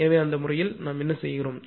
எனவே அந்த விஷயத்தில் நாம் என்ன செய்வோம்